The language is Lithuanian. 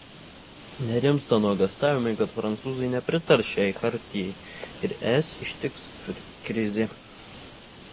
nerimsta nuogąstavimai kad prancūzai nepritars šiai chartijai ir es ištiks krizė